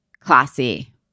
classy